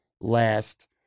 last